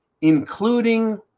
including